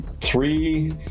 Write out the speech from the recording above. three